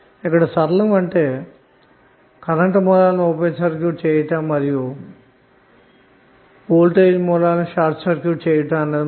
ఇక్కడ సరళం చేయుటమంటే మనము విశ్లేషణ చేస్టున్న వోల్టేజ్ సోర్స్ మినహా అన్ని కరెంటు సోర్స్ లను ఓపెన్ సర్క్యూట్ చేసి వోల్టేజ్ సోర్స్ లను షార్ట్ సర్క్యూట్ గావించాలి అన్న మాట